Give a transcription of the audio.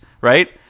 right